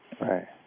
Right